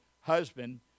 husband